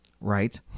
right